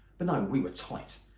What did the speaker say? but no, we were tight,